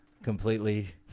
Completely